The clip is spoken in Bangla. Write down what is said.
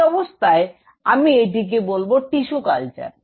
এই অবস্থায় আমি এটিকে বলব টিস্যু কালচার